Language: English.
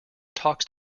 talks